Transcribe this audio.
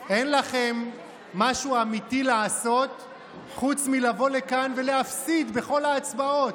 אין לכם משהו אמיתי לעשות חוץ מלבוא לכאן ולהפסיד בכל ההצבעות.